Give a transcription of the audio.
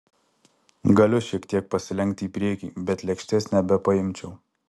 galiu šiek tiek pasilenkti į priekį bet lėkštės nebepaimčiau